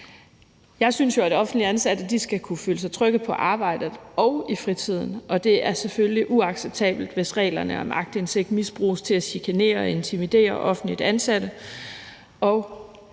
Jeg synes jo, at offentligt ansatte skal kunne føle sig trygge på arbejdet og i fritiden, og det er selvfølgelig uacceptabelt, hvis reglerne om aktindsigt misbruges til at chikanere og intimidere offentligt ansatte.